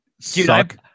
suck